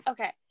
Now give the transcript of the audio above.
Okay